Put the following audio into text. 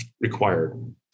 required